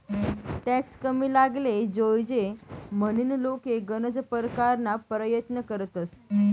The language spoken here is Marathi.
टॅक्स कमी लागाले जोयजे म्हनीन लोके गनज परकारना परयत्न करतंस